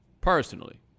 personally